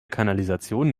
kanalisation